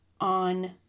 on